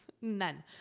None